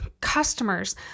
customers